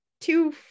two